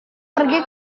pergi